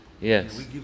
Yes